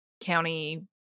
county